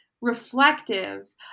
reflective